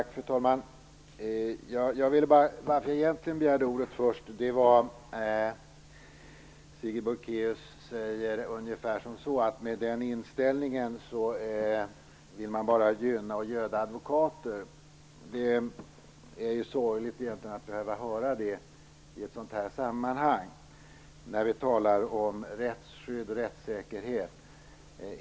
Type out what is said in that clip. Fru talman! Jag begärde egentligen ordet för att Sigrid Bolkéus sade något om att man med denna inställning bara vill gynna och göda advokater. Det är sorgligt att behöva höra det i ett sådant här sammanhang när vi talar om rättsskydd och rättssäkerhet.